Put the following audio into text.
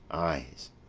eyes,